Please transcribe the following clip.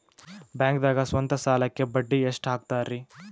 ಬ್ಯಾಂಕ್ದಾಗ ಸ್ವಂತ ಸಾಲಕ್ಕೆ ಬಡ್ಡಿ ಎಷ್ಟ್ ಹಕ್ತಾರಿ?